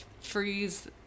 freeze